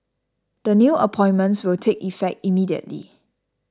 the new appointments will take effect immediately